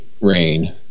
Rain